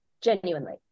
genuinely